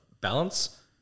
balance